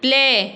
play